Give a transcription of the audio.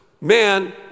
man